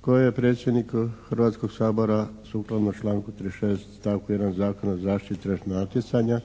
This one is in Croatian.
koje je predsjedniku Hrvatskog sabora sukladno članku 36. stavku 1. Zakona o zaštiti tržišnog natjecanja